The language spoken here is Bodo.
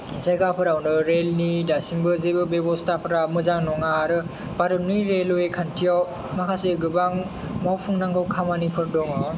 जायगाफोरावनो रेल नि दासिमबो जेबो बेब'स्थाफोरा मोजां नङा आरो भारतनि रेलवे खान्थियाव माखासे गोबां मावफुंनांगौ खामानिफोर दङ